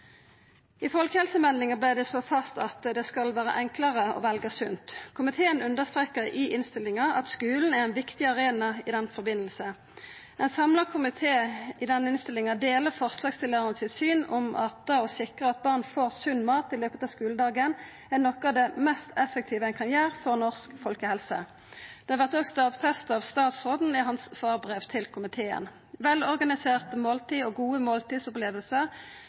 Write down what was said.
I folkehelsemeldinga vart det slått fast at det skal vera enklare å velja sunt. Komiteen understrekar i innstillinga at skulen er ein viktig arena i den forbindelse. Ein samla komité deler i denne innstillinga synet til forslagsstillarane om at det å sikra at barn får sunn mat i løpet av skuledagen, er noko av det mest effektive ein kan gjera for norsk folkehelse. Det vert òg stadfesta av statsråden i svarbrevet hans til komiteen. Velorganiserte måltid og gode